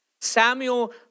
Samuel